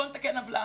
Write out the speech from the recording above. בואו נתקן עוולה.